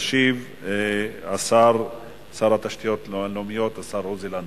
ישיב שר התשתיות הלאומיות, השר עוזי לנדאו.